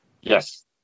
Yes